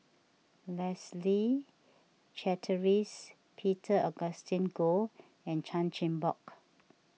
Leslie Charteris Peter Augustine Goh and Chan Chin Bock